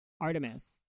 Artemis